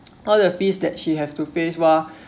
all the fees that she has to face while